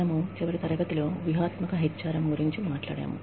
మనము చివరి తరగతిలో వ్యూహాత్మక HRM గురించి మాట్లాడాము